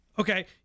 Okay